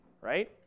Right